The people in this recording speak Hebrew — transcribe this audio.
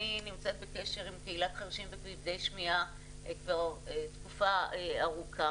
אני נמצאת בקשר עם קהילת חירשים וכבדי שמיעה כבר תקופה ארוכה